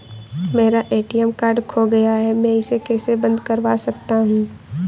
मेरा ATM card खो गया है मैं इसे कैसे बंद करवा सकता हूँ?